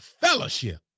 fellowship